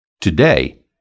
Today